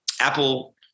Apple